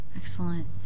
Excellent